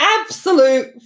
absolute